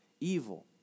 evil